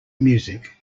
music